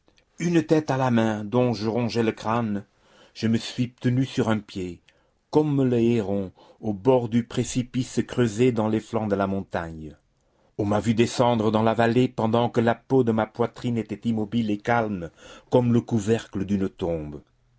une tête à la main dont je rongeais le crâne je me suis tenu sur un pied comme le héron au bord du précipice creusé dans les flancs de la montagne on m'a vu descendre dans la vallée pendant que la peau de ma poitrine était immobile et calme comme le couvercle d'une tombe